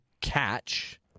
catch